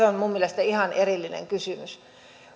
on minun mielestäni ihan erillinen kysymys